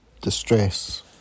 distress